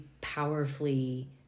powerfully